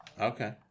Okay